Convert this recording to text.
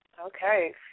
Okay